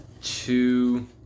two